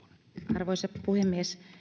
arvoisa puhemies